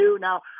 Now